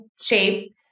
shape